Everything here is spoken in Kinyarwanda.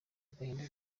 agahinda